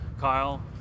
Kyle